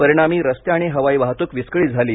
परिणामी रस्ते आणि हवाई वाहतूक विस्कळीत झाली